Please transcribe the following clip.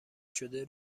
شده